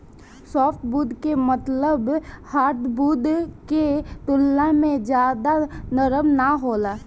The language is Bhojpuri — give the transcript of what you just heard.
सॉफ्टवुड के मतलब हार्डवुड के तुलना में ज्यादा नरम ना होला